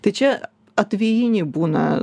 tai čia atvejiniai būna